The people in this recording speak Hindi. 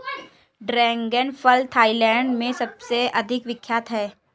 ड्रैगन फल थाईलैंड में सबसे अधिक विख्यात है